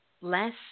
Less